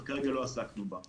אבל כרגע לא עסקנו בה.